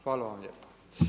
Hvala vam lijepa.